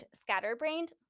scatterbrained